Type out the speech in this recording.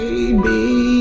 Baby